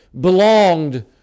belonged